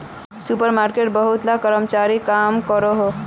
super मार्केटोत बहुत ला कर्मचारी काम करोहो